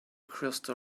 crystal